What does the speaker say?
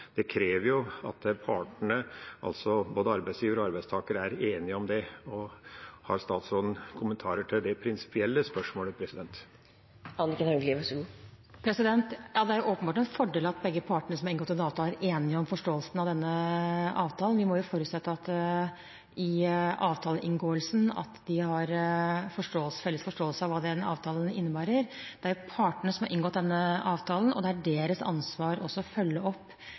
krever jo at partene – både arbeidsgiver og arbeidstaker – er enige om det. Har statsråden kommentarer til det prinsipielle spørsmålet? Det er åpenbart en fordel at begge partene som har inngått en avtale, er enige om forståelsen av denne avtalen. Vi må forutsette at de i avtaleinngåelsen har felles forståelse av hva denne avtalen innebærer. Det er partene som har inngått denne avtalen, og det er deres ansvar å følge opp